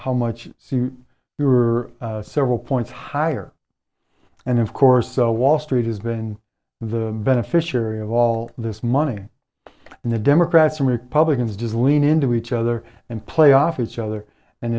how much see your several points higher and of course so wall street has been the beneficiary of all this money and the democrats and republicans does lean into each other and play off each other and